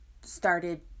started